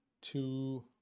two